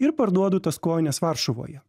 ir parduodu tas kojines varšuvoje